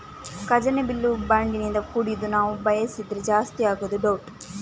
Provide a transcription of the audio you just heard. ಖಜಾನೆ ಬಿಲ್ಲು ಬಾಂಡಿನಿಂದ ಕೂಡಿದ್ದು ನಾವು ಬಯಸಿದ್ರೆ ಜಾಸ್ತಿ ಆಗುದು ಡೌಟ್